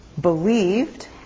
believed